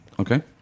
Okay